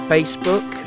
Facebook